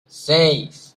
seis